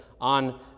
on